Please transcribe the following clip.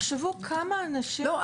לא,